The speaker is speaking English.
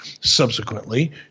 subsequently